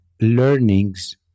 learnings